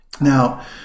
Now